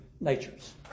natures